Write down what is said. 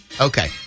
Okay